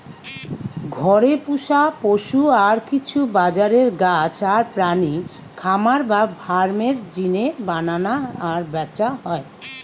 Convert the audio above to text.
ঘরে পুশা পশু আর কিছু বাজারের গাছ আর প্রাণী খামার বা ফার্ম এর জিনে বানানা আর ব্যাচা হয়